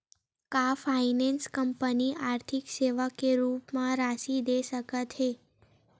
का finance company आर्थिक सेवा के रूप म राशि दे सकत हे?